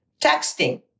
texting